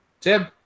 Tim